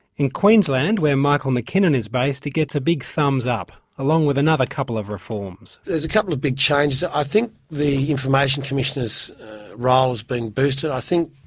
in queensland, where michael mckinnon is based, it gets a big thumbs-up, along with another couple of reforms. there's a couple of big changes. i think the information commissioner's role's been boosted, i think